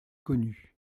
connu